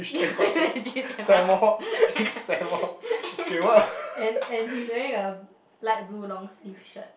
yeah yeah as us and and he's wearing a light blue long sleeve shirt